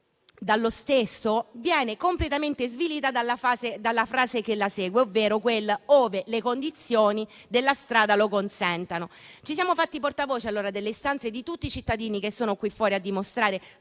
dallo stesso viene completamente svilita dalla frase che la segue, ovvero «ove le condizioni della strada lo consentano». Ci siamo fatti portavoce allora delle istanze di tutti i cittadini che sono qui fuori a dimostrare